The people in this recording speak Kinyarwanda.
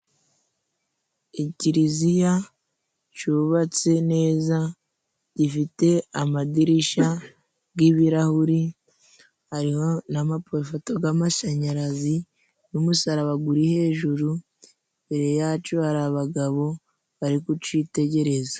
Ikiriziya cyubatse neza gifite amadirishya y'ibirahuri, hariho n'amapoto y'amashanyarazi n'umusaraba uri hejuru. Imbere yacyo hari abagabo bari kucyitegereza.